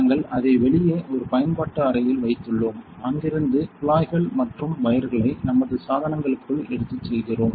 நாங்கள் அதை வெளியே ஒரு பயன்பாட்டு அறையில் வைத்துள்ளோம் அங்கிருந்து குழாய்கள் மற்றும் வயர்களை நமது சாதனங்களுக்குள் எடுத்துச் செல்கிறோம்